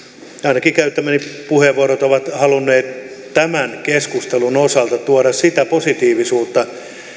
ainakin käyttämäni puheenvuorot ovat halunneet tämän keskustelun osalta tuoda sitä positiivisuutta